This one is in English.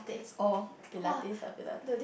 oh pilates ah pilates